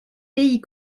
pays